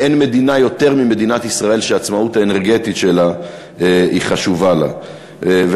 ואין מדינה שהעצמאות האנרגטית שלה חשובה לה יותר ממדינת ישראל.